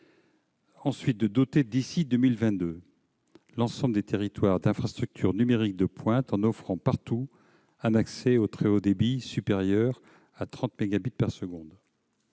ensuite, doter d'ici à 2022 l'ensemble du territoire d'infrastructures numériques de pointe, en offrant partout un accès au très haut débit supérieur à 30